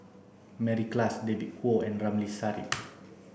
Klass David Kwo and Ramli Sarip